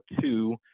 two